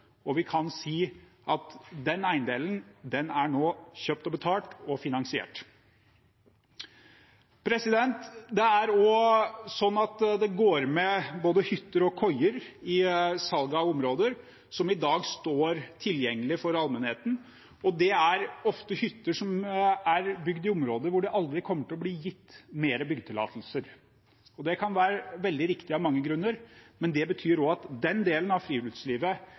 og vi kan si at den eiendelen er nå kjøpt og betalt og finansiert. Det er også slik at i salg av området går det med både hytter og koier som i dag står tilgjengelig for allmenheten, og dette er ofte hytter som er bygd i områder hvor det aldri kommer til å bli gitt flere byggetillatelser. Det kan være veldig riktig av mange grunner, men det betyr også at den delen av friluftslivet